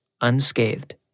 unscathed